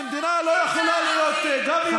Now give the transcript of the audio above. שמדינה לא יכולה להיות גם יהודית וגם דמוקרטית.